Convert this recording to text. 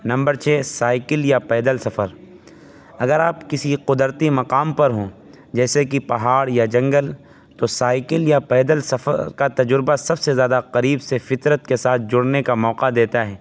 number چھ cycle یا پیدل سفر اگر آپ کسی قدرتی مقام پر ہوں جیسے کہ پہاڑ یا جنگل تو سائیکل یا پیدل سفر کا تجربہ سب سے زیادہ قریب سے فطرت کے ساتھ جڑنے کا موقع دیتا ہے